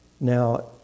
Now